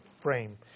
frame